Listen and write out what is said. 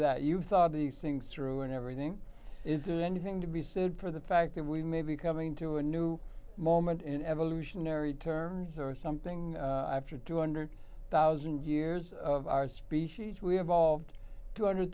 that you thought these things through and everything isn't anything to be said for the fact that we may be coming to a new moment in evolutionary terms or something after two hundred thousand years of our species we have all ved two hundred